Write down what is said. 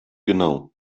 genau